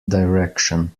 direction